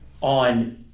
on